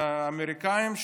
אמריקאים,